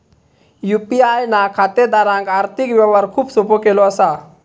UPI ना खातेदारांक आर्थिक व्यवहार खूप सोपो केलो असा